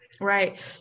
right